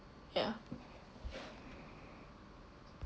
yeah